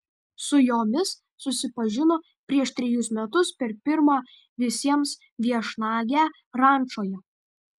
su jomis susipažino prieš trejus metus per pirmą visiems viešnagę rančoje